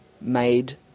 made